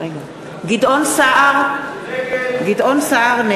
גדעון סער,